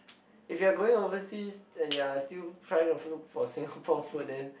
if you are going overseas and you are still trying to look for Singapore food then